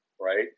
Right